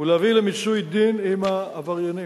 ולהביא למיצוי דין עם העבריינים.